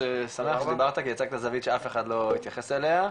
שמח שדיברת כי הצגת זווית שאף אחד לא התייחס אליה,